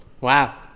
Wow